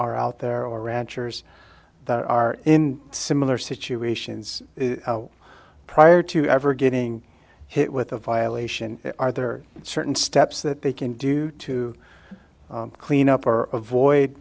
are out there or ranchers that are in similar situations prior to ever getting hit with a violation are there certain steps that they can do to clean up or avoid